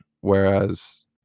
Whereas